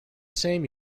same